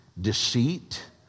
deceit